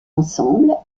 ensemble